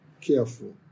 careful